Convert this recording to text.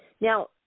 Now